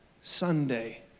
Sunday